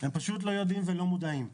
הם פשוט לא יודעים ולא מודעים.